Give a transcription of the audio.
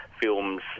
films